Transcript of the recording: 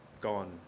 gone